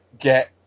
get